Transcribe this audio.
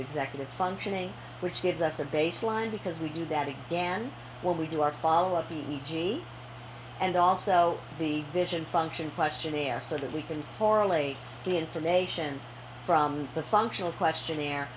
secular functioning which gives us a baseline because we do that again when we do our follow up e g and also the vision function questionnaire so that we can correlate the information from the functional questionnaire